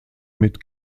mit